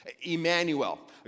Emmanuel